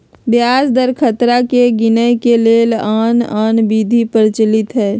ब्याज दर खतरा के गिनेए के लेल आन आन विधि प्रचलित हइ